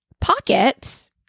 pockets